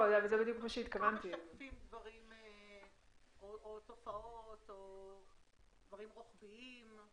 משקפים דברים או תופעות או דברים רוחביים?